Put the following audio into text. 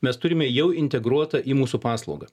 mes turime jau integruotą į mūsų paslaugą